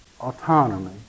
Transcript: autonomy